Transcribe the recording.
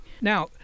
Now